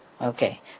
Okay